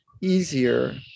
easier